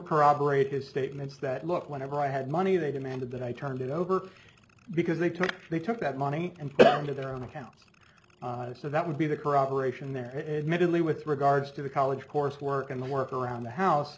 corroborate his statements that look whenever i had money they demanded that i turned it over because they took me took that money and put that into their own accounts so that would be the corroboration that it medically with regards to the college course work and work around the house